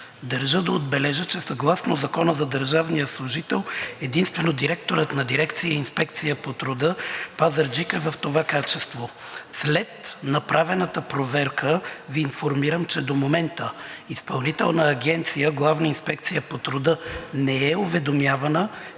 държа да отбележа, че съгласно Закона за държавния служител единствено директорът на дирекция „Инспекция по труда“ – Пазарджик, е в това качество. След направената проверка Ви информирам, че до момента Изпълнителна агенция „Главна инспекция по труда“ не е уведомявана